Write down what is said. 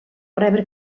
rebre